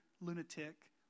lunatic